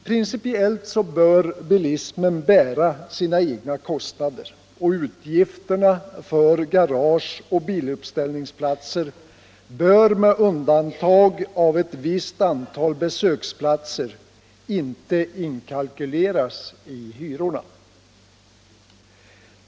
Principiellt bör bilismen bära sina egna kostnader, och utgifterna för Nr 96 garage och biluppställningsplatser bör med undantag av ett visst antal Torsdagen den besöksplatser inte inkalkyleras i hyrorna.